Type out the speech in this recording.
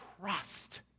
trust